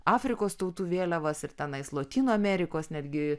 afrikos tautų vėliavas ir tenais lotynų amerikos netgi